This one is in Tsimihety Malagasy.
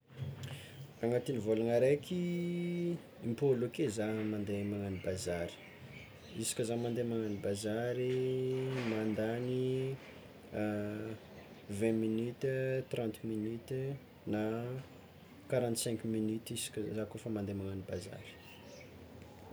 Agnatin'ny vôlagna araiky impolo ake zah mande magnagno bazary, isaka zah mande magnagno bazary mandany vingt minute trente minute na quarante cinq minute izy koa zah koa fa mande magnagno bazary.